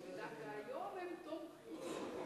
ודווקא היום הם תומכים.